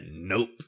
Nope